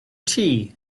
tea